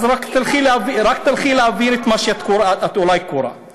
אז רק תלכי להבהיר את מה שאת אולי קוראת.